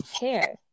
hair